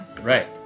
Right